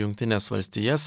jungtines valstijas